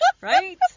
right